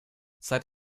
seit